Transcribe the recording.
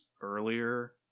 earlier